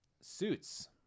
Suits